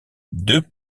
deux